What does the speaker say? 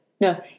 No